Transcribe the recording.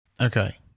Okay